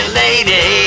lady